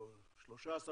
או 13 מיליארד,